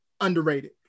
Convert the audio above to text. underrated